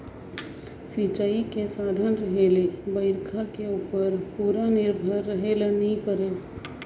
सिंचई के साधन रहें ले बइरखा के उप्पर पूरा निरभर रहे ले नई परे